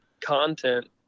content